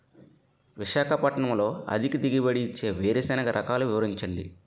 విశాఖపట్నంలో అధిక దిగుబడి ఇచ్చే వేరుసెనగ రకాలు వివరించండి?